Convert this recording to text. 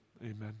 Amen